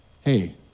Hey